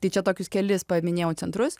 tai čia tokius kelis paminėjau centrus